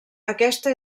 aquesta